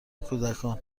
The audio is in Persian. کودکان